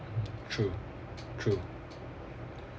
true true